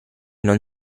non